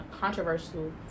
controversial